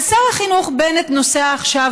שר החינוך בנט נוסע עכשיו,